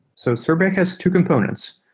so sorbet has two components.